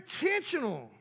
intentional